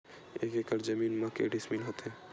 एक एकड़ जमीन मा के डिसमिल होथे?